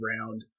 round